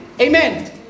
Amen